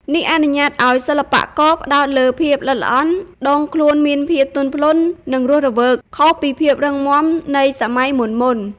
នេះអនុញ្ញាតឱ្យសិល្បករផ្តោតលើភាពល្អិតល្អន់ ដងខ្លួនមានភាព ទន់ភ្លន់ និងរស់រវើក ខុសពីភាពរឹងម៉ាំនៃសម័យមុនៗ។